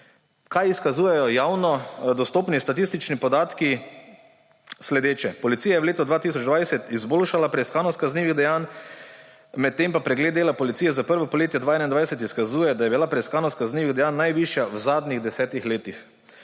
Kaj izkazujejo javno dostopni statistični podatki? Sledeče – policija je v letu 2020 izboljšala preiskanost kaznivih dejanj, medtem pa pregled dela policije za prvo polletje 2021 izkazuje, da je bila preiskanost kaznivih dejanj najvišja v zadnjih desetih letih.